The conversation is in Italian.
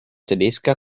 tedesca